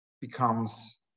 becomes